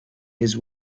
his